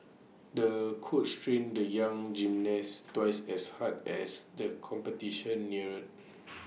the coach trained the young gymnast twice as hard as the competition neared